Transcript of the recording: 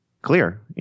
Clear